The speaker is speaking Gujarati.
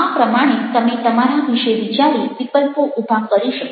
આ પ્રમાણે તમે તમારા વિશે વિચારી વિકલ્પો ઊભા કરી શકો